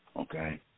Okay